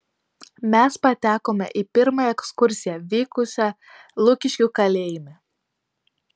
mes patekome į pirmąją ekskursiją vykusią lukiškių kalėjime